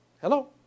Hello